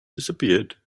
disappeared